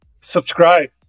subscribe